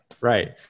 right